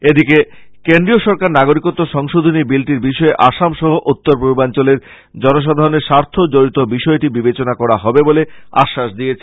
এদিকে কেন্দ্রীয় সরকার নাগরিকত্ব সংশোধনী বিলটির বিষয়ে আসাম সহ উত্তর পূর্বাঞ্চলের জনাসাধারনের স্বার্থ জড়িত বিষয়টি বিবেচনা করা হবে বলে আশ্বাস দিয়েছে